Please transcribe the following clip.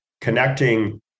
connecting